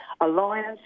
Alliance